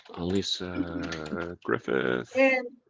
elisa griffith. p and